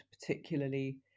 particularly